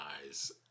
eyes